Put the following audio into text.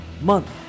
month